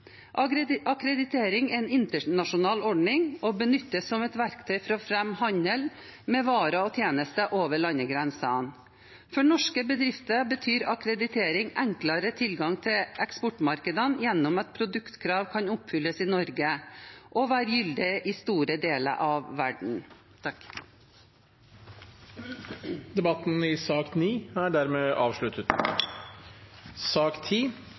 Akkreditering er en internasjonal ordning og benyttes som et verktøy for å fremme handel med varer og tjenester over landegrensene. For norske bedrifter betyr akkreditering enklere tilgang til eksportmarkedene gjennom at produktkrav kan oppfylles i Norge og være gyldige i store deler av verden. Flere har ikke bedt om ordet til sak